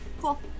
Cool